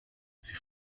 sie